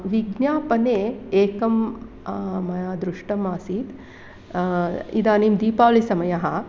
विज्ञापने एकं मया दृष्टमासीत् इदानीं दीपावलिसमयः